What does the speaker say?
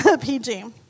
PG